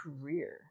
career